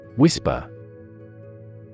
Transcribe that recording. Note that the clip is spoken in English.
Whisper